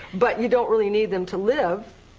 but you don't really need them to live.